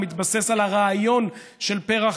המתבסס על הרעיון של פר"ח,